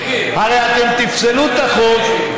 הרי אתם תפסלו את החוק,